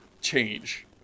change